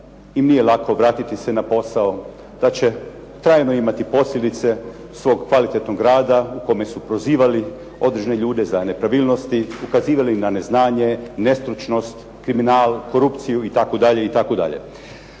im nije lako vratiti se na posao, da će trajno imati posljedice svog kvalitetnog rada u kome su prozivali određene ljude za nepravilnosti, ukazivali na neznanje, nestručnost, kriminal, korupciju itd.,